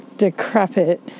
Decrepit